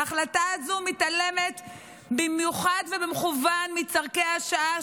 ההחלטה הזו מתעלמת במיוחד ובמכוון מצורכי השעה.